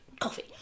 Coffee